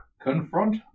Confront